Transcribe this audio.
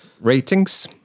ratings